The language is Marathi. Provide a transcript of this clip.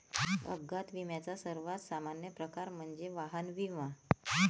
अपघात विम्याचा सर्वात सामान्य प्रकार म्हणजे वाहन विमा